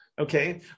Okay